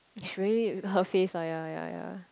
it's really her face lah yea yea yea